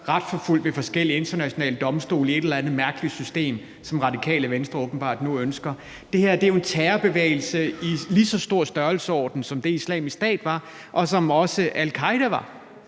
retsforfulgt ved forskellige internationale domstole i et eller andet mærkeligt system, som Radikale Venstre åbenbart nu ønsker. Det her er jo en terrorbevægelse i lige så stor størrelsesorden som det, Islamisk Stat var, og som også al-Qaeda var.